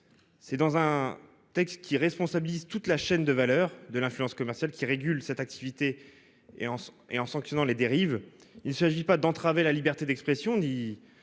C'est dans un texte qui responsabilise toute la chaîne de valeur de l'influence commerciale qui régule cette activité et en et en sanctionnant les dérives. Il s'agit pas d'entraver la liberté d'expression